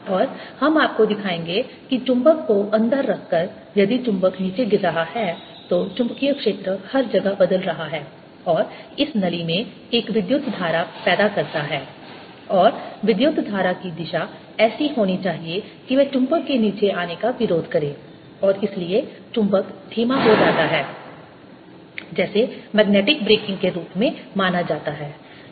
और हम आपको दिखाएंगे कि चुंबक को अंदर रखकर यदि चुंबक नीचे गिर रहा है तो चुंबकीय क्षेत्र हर जगह बदल रहा है और इस नली में एक विद्युत धारा पैदा करता है और विद्युत धारा की दिशा ऐसी होनी चाहिए कि वह चुंबक के नीचे आने का विरोध करे और इसलिए चुंबक धीमा हो जाता है जिसे मैग्नेटिक ब्रेकिंग के रूप में जाना जाता है